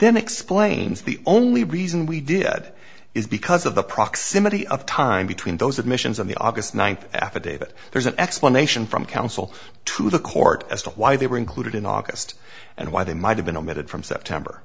then explains the only reason we did is because of the proximity of time between those admissions on the august ninth affidavit there's an explanation from counsel to the court as to why they were included in august and why they might have been omitted from september